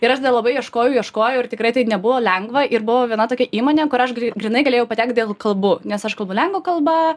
ir aš tada labai ieškojau ieškojau ir tikrai tai nebuvo lengva ir buvo viena tokia įmonė kur aš grynai galėjau patekt dėl kalbų nes aš kalbu lenkų kalba